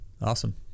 awesome